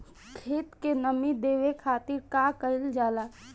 खेत के नामी देवे खातिर का कइल जाला?